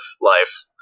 life